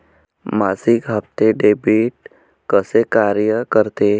मासिक हप्ते, डेबिट कसे कार्य करते